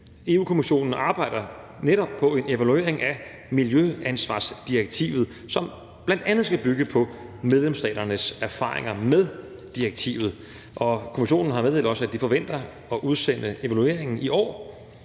EU-Kommissionen arbejder netop på en evaluering af miljøansvarsdirektivet, som bl.a. skal bygge på medlemsstaternes erfaringer med direktivet. Og Kommissionen har meddelt os, at de forventer at udsende evalueringen i år,